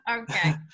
Okay